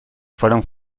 fueron